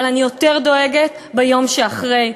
אבל אני יותר דואגת מהיום שאחרי.